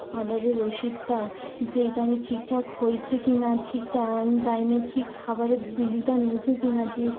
অর্ডারের রশিদটা যেইটা আমি ঠিকঠাক হয়েছে কিনা ঠিক টান টাইমে ঠিক খাবারের বিলটা নিয়েছি কিনা জিএসটি